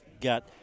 got